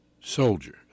soldier